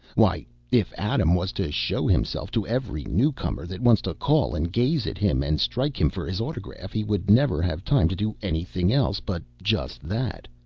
why, if adam was to show himself to every new comer that wants to call and gaze at him and strike him for his autograph, he would never have time to do anything else but just that.